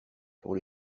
pour